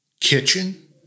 kitchen